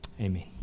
Amen